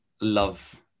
love